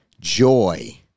joy